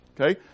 Okay